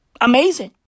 Amazing